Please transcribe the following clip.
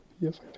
Yes